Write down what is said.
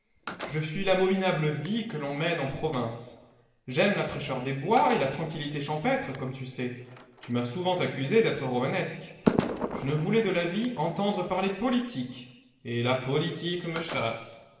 je fuis l'abominable vie que l'on mène en province j'aime la fraîcheur des bois et la tranquillité champêtre comme tu sais tu m'as souvent accusé d'être romanesque je ne voulais de la vie entendre parler politique et la politique me chasse